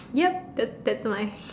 ya that that mine